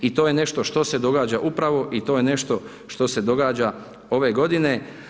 I to je nešto što se događa upravo i to je nešto što se događa ove godine.